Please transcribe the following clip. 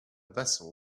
vessel